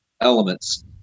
elements